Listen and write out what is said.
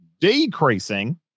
decreasing